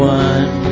one